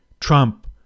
Trump